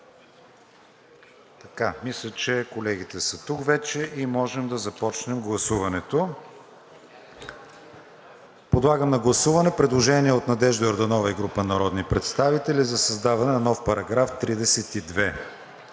Мисля, че колегите са вече тук и можем да започнем гласуването. Подлагам на гласуване предложение от Надежда Йорданова и група народни представители за създаване на нов § 32.